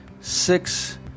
Six